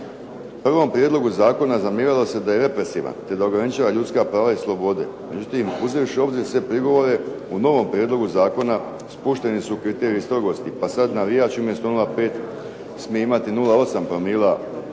Prvom prijedlogu zakona zamjeralo se da je represivan, te da ograničava ljudska prava i slobode. Međutim uzevši u obzir sve prigovore u novom prijedlogu zakona spušteni su kriteriji strogosti, pa sada navijači umjesto 0,5 smije imati 0,8 promila